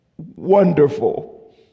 Wonderful